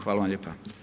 Hvala vam lijepo.